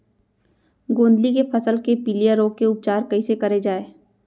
गोंदली के फसल के पिलिया रोग के उपचार कइसे करे जाये?